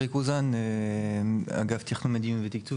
שמי אריק אוזן מאגף התכנון מדיניות ותקצוב,